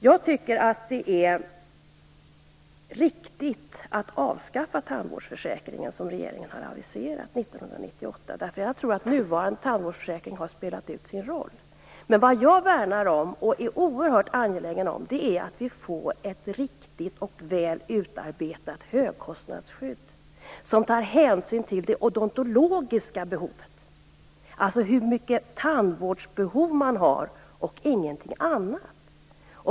Jag tycker att det är riktigt att, som regeringen har aviserat, avskaffa tandvårdsförsäkringen 1998. Jag tror att nuvarande tandvårdsförsäkring har spelat ut sin roll. Men vad jag värnar om, och är oerhört angelägen om, är att vi får ett riktigt och väl utarbetat högkostnadsskydd som tar hänsyn till det odontologiska behovet, alltså till hur mycket tandvårdsbehov man har, och ingenting annat.